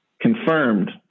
confirmed